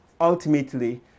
ultimately